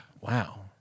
Wow